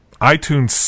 itunes